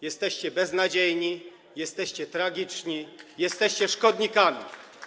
Jesteście beznadziejni, jesteście tragiczni, jesteście szkodnikami.